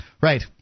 Right